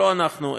לא אנחנו,